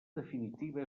definitiva